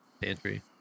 pantry